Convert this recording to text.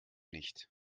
nicht